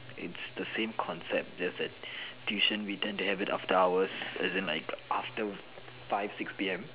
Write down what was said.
it's the same concept just that tuition we tend to have it after hours as in like after five six P_M